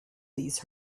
these